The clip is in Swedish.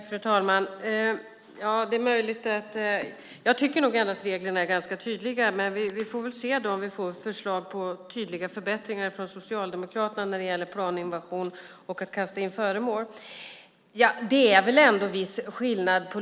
Fru talman! Jag tycker nog ändå att reglerna är ganska tydliga, men vi får väl se om vi får förslag om tydliga förbättringar från Socialdemokraterna när det gäller planinvasion och att kasta in föremål. Det är väl ändå en rätt stor skillnad.